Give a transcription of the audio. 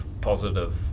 positive